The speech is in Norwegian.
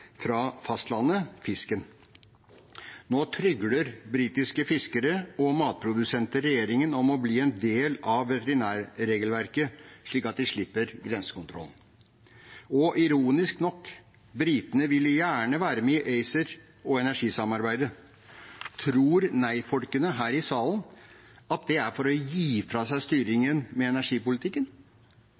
fra fastlandet, fisken. Nå trygler britiske fiskere og matprodusenter regjeringen om å bli en del av veterinærregelverket, slik at de slipper grensekontroll. Og ironisk nok: Britene ville gjerne være med i ACER og i energisamarbeidet. Tror nei-folkene her i salen at det er for å gi fra seg styringen med energipolitikken?